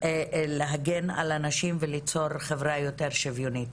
להגן על הנשים וליצור חברה יותר שוויונית.